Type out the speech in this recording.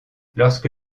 lorsque